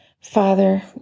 Father